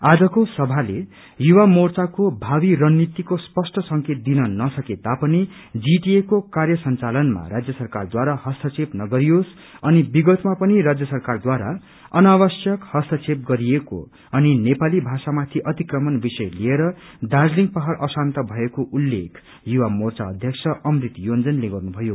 आजको सभाले युवा मोर्चाको भावी रणनीतिको स्पष्ट संकेत दिन नसके पनि जीटीए को कार्य संचालनमा राज्य सरकारद्वारा हस्तक्षेप नगरियोस अनि विगतमा पनि हस्तक्षेप गरिएको अनि नेपाली भाषामाथि अतिक्रमण विषय लिएर दार्जीलिङ पाहड़ अशान्त भएको उल्लेख युवा मोर्चा अध्यक्ष अमृत योंजनले गर्नुभयो